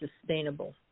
sustainable